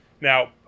Now